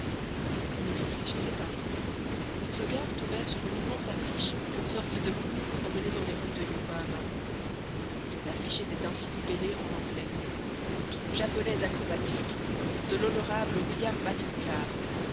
comme il réfléchissait ainsi ses regards tombèrent sur une immense affiche qu'une sorte de clown promenait dans les rues de yokohama cette affiche était ainsi libellée en anglais troupe japonaise acrobatique de l'honorable william